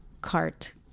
cart